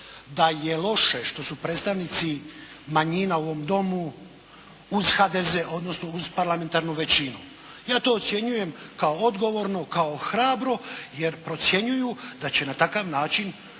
da je loše što su predstavnici manjina u ovom Domu uz HDZ odnosno uz parlamentarnu većinu. Ja to ocjenjujem kao odgovorno, kao hrabro jer procjenjuju da će na takav način